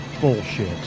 bullshit